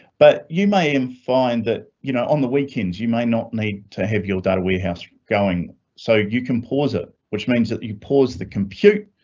but you may even and find that you know on the weekends you may not need to have your data warehouse going so you can pause it. which means that you pause the compute